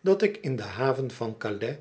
dat ik in de haven van